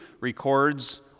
records